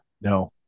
No